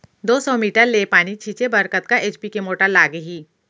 दो सौ मीटर ले पानी छिंचे बर कतका एच.पी के मोटर लागही?